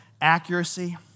accuracy